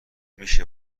میشه